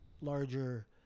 larger